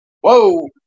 Whoa